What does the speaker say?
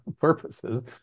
purposes